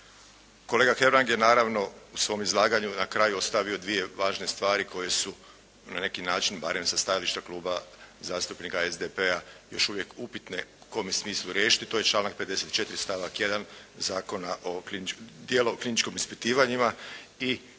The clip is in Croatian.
Kolega Hebrang je naravno u svom izlaganju na kraju ostavio dvije važne stvari koje su na neki način barem sa stajališta kluba zastupnika SDP-a još uvijek upitne u kome smislu riješiti, to je članak 54. stavak 1. Zakona o dijelo o kliničkim ispitivanjima